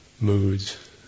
moods